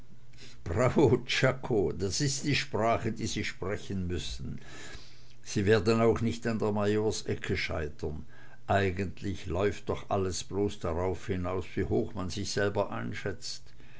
das ist die sprache die sie sprechen müssen und sie werden auch nicht an der majorsecke scheitern eigentlich läuft doch alles bloß darauf hinaus wie hoch man sich selber einschätzt